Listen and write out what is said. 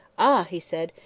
ah! he said,